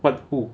what who